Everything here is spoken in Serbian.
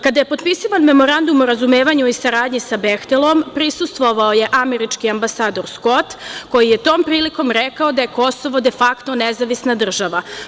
Kada je potpisivan Memorandum o razumevanju i saradnji sa „Behtelom“, prisustvovao je američki ambasador Skot, koji je tom prilikom rekao da je Kosovo de fakto nezavisna država.